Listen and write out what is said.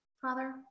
father